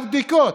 הבדיקות.